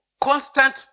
constant